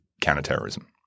counterterrorism